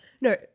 No